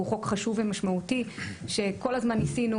הוא חוק חשוב ומשמעותי שכל הזמו ניסינו,